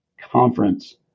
conference